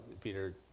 Peter